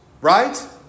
Right